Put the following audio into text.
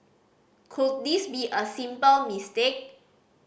could this be a simple mistake